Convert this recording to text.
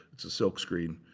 it's a silkscreen,